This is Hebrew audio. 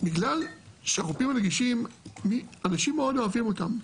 בגלל שאת החופים הנגישים אנשים מאוד אוהבים אותם,